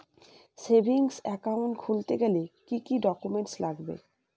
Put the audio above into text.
Savings account খুলতে গেলে কি কি ডকুমেন্টস লাগবে?